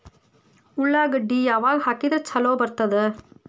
ಉಳ್ಳಾಗಡ್ಡಿ ಯಾವಾಗ ಹಾಕಿದ್ರ ಛಲೋ ಬರ್ತದ?